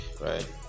right